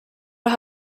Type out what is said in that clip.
los